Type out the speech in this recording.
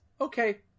okay